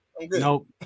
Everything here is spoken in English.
nope